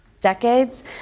decades